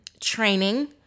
training